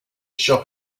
shop